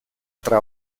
tra